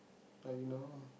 like you know